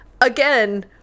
Again